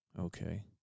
okay